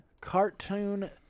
cartoon